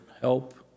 help